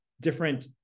different